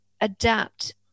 adapt